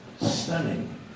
Stunning